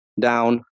down